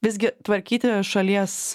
visgi tvarkyti šalies